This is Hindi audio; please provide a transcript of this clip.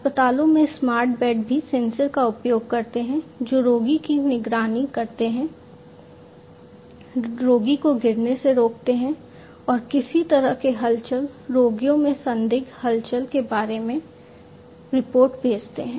अस्पतालों में स्मार्ट बेड भी सेंसर का उपयोग करते हैं जो रोगी को गिरने से रोकते हैं और किसी भी तरह के हलचल रोगियों के संदिग्ध हलचल के बारे में रिपोर्ट भेजते हैं